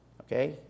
Okay